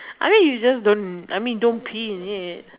I mean you just don't I mean don't pee in it